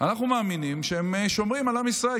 אנחנו מאמינים שהם שומרים על עם ישראל,